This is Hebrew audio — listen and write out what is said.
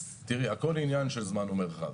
--- הכול עניין של זמן ומרחב.